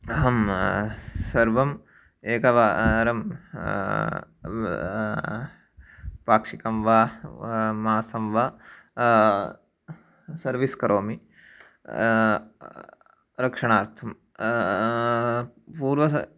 अहं सर्वम् एकवारं पाक्षिकं वा मासं वा सर्वीस् करोमि रक्षणार्थं पूर्वं